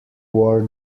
war